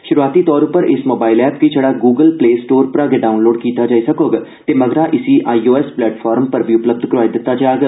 श्रुआती तौर उप्पर इस मोबाईल ऐप्प गी छड़ा ग्रुगल प्ले स्टोर परा गै डाउनलोड कीता जाई सकोग ते मगरा इसी आई ओ एस प्लैटफार्म पर बी उपलब्ध करोआई दिता जाग